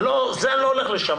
לא, זה לא הולך לשם.